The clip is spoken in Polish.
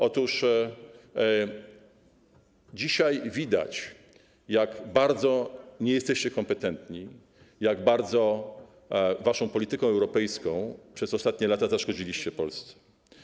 Otóż dzisiaj widać, jak bardzo nie jesteście kompetentni, jak bardzo waszą polityką europejską przez ostatnie lata zaszkodziliście Polsce.